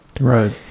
Right